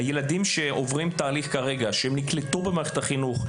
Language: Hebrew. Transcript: ילדים שעוברים תהליך כרגע שבו הם נקלטו במערכת החינוך,